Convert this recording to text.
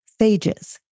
phages